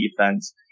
defense